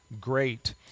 great